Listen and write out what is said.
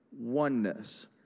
Oneness